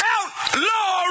Outlaw